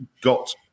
got